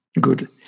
Good